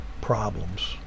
problems